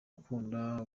ukunda